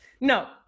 No